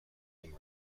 being